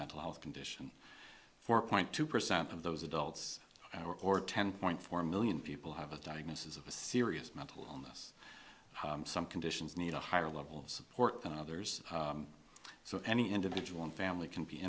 mental health condition four point two percent of those adults are or ten point four million people have a diagnosis of a serious mental illness some conditions need a higher level of support than others so any individual and family can be